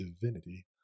divinity